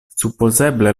supozeble